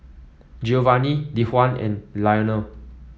Giovanny Dejuan and Lionel